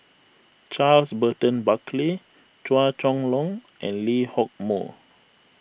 Charles Burton Buckley Chua Chong Long and Lee Hock Moh